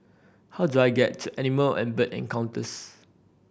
how do I get to Animal and Bird Encounters